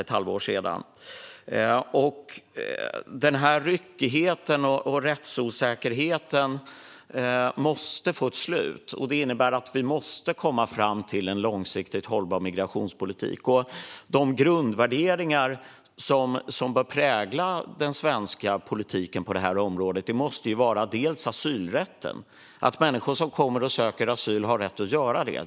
Denna ryckighet och rättsosäkerhet måste få ett slut. Det innebär att vi måste komma fram till en långsiktigt hållbar migrationspolitik. En av de grundvärderingar som bör prägla den svenska politiken på detta område är asylrätten - att människor som söker asyl har rätt att göra det.